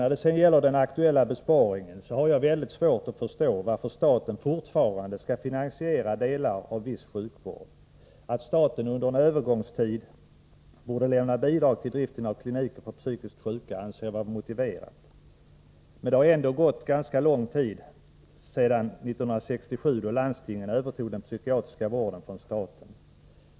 När det sedan gäller den aktuella besparingen har jag mycket svårt att förstå varför staten fortfarande skall finansiera delar av viss sjukvård. Att staten under en övergångstid borde lämna bidrag till driften av kliniker för psykiskt sjuka anser jag vara motiverat. Men det har ändå gått ganska lång tid sedan 1967, då landstingen övertog den psykiatriska vården från staten.